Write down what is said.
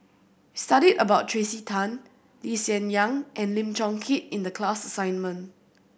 we studied about Tracey Tan Lee Hsien Yang and Lim Chong Keat in the class assignment